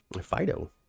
Fido